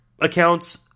accounts